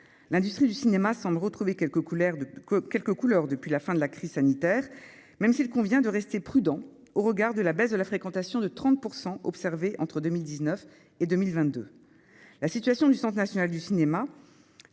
quelques couleurs de que quelques couleurs depuis la fin de la crise sanitaire, même s'il convient de rester prudent au regard de la baisse de la fréquentation de 30 % observée entre 2000 19 et 2022, la situation du Centre national du cinéma